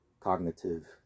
cognitive